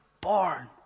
born